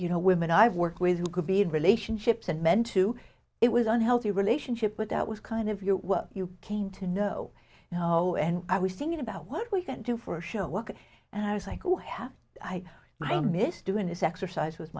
you know women i've worked with who could be in relationships and men too it was an unhealthy relationship but that was kind of you you came to know how and i was thinking about what we can do for show work and i was like who have i i miss doing this exercise w